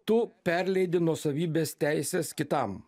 tu perleidi nuosavybės teises kitam